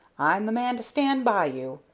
i'm the man to stand by you.